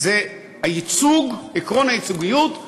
עקרון הייצוגיות,